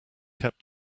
kept